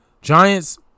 Giants